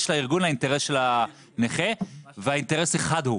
של הארגון לאינטרס של הנכה והאינטרס חד הוא.